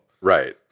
Right